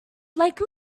like